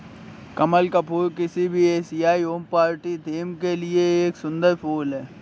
कमल का फूल किसी भी एशियाई होम पार्टी थीम के लिए एक सुंदर फुल है